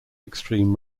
extreme